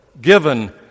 given